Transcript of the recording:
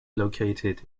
located